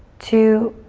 two,